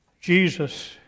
Jesus